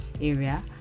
area